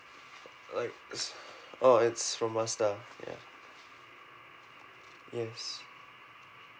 like it's orh it's from mazda ya yes